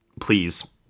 please